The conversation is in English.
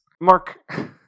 Mark